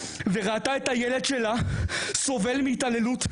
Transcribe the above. וראתה שהילד שלה סובל מהתעללות,